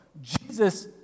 Jesus